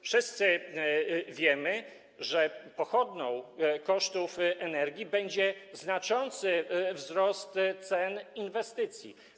Wszyscy wiemy, że pochodną wzrostu kosztów energii będzie znaczący wzrost cen inwestycji.